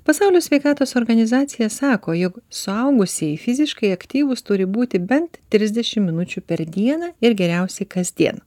pasaulio sveikatos organizacija sako jog suaugusieji fiziškai aktyvūs turi būti bent trisdešim minučių per dieną ir geriausiai kasdien